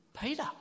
Peter